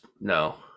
no